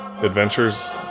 Adventures